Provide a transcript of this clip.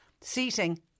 seating